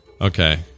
Okay